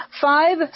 five